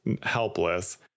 helpless